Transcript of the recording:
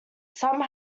some